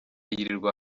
yirirwa